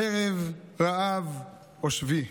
חרב, רעב או שבי,